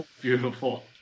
Beautiful